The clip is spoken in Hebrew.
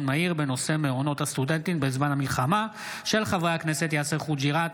מהיר בהצעתם של חברי הכנסת יונתן מישרקי,